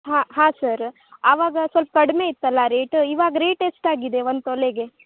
ಹಾಂ ಹಾಂ ಸರ್ ಆವಾಗ ಸ್ವಲ್ಪ್ ಕಡಿಮೆ ಇತ್ತಲ್ಲ ರೇಟು ಇವಾಗ ರೇಟ್ ಎಷ್ಟಾಗಿದೆ ಒನ್ ತೊಲೆಗೆ